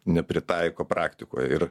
nepritaiko praktikoj ir